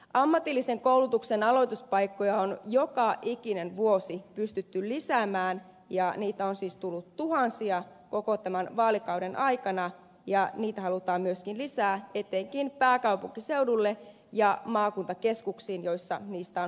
ammatillisen koulutuksen aloituspaikkoja on joka ikinen vuosi pystytty lisäämään ja niitä on siis tullut tuhansia koko tämän vaalikauden aikana ja niitä halutaan myöskin lisää etenkin pääkaupunkiseudulle ja maakuntakeskuksiin joissa niistä on huutava pula